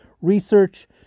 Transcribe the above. research